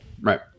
right